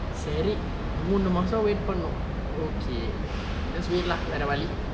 சரி மூணு மாசம்:moonu maasam wait பண்ணணும்:pannanum okay just wait lah வேர வளி:vera vali